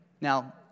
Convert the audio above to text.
Now